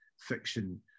fiction